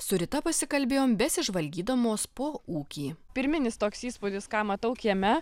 su rita pasikalbėjom besižvalgydamos po ūkį pirminis toks įspūdis ką matau kieme